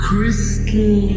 Crystal